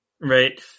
right